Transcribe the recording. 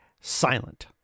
silent